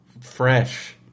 Fresh